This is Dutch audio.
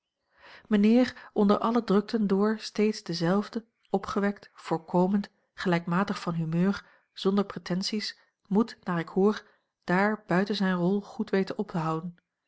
mijnheer onder alle drukten door steeds dezelfde opgewekt voorkomend gelijkmatig van humeur zonder pretensies moet naar ik hoor dààr buiten zijne rol goed weten ophouden